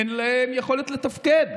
אין להם יכולת לתפקד.